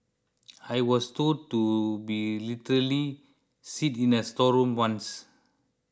I was told to be literally sit in a storeroom once